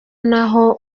naho